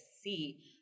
see